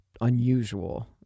unusual